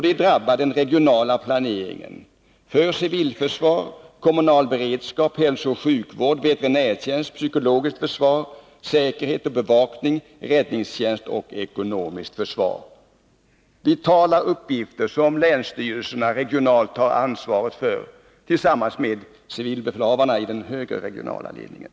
Detta drabbar den regionala planeringen för civilförsvar, kommunal beredskap, hälsooch sjukvård, veterinärtjänst, psykologiskt försvar, säkerhet och bevakning, räddningstjänst och ekonomiskt försvar — vitala uppgifter som länsstyrelserna regionalt har ansvaret för tillsammans med civilbefälhavarna i den högre regionala ledningen.